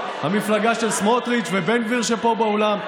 המפלגה של סמוטריץ' ובן גביר שפה באולם,